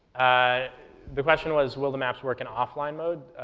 ah the question was, will the maps work in offline mode?